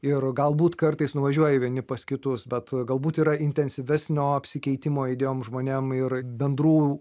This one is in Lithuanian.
ir galbūt kartais nuvažiuoji vieni pas kitus bet galbūt yra intensyvesnio apsikeitimo idėjom žmonėm ir bendrų